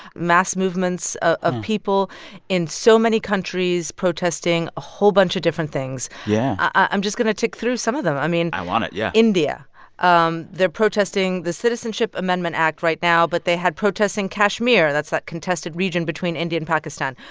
mass movements of people in so many countries protesting a whole bunch of different things yeah i'm just going to to through some of them. i mean. i want it. yeah. india um they're protesting the citizenship amendment act right now. but they had protests in kashmir. that's that contested region between india and pakistan.